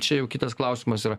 čia jau kitas klausimas yra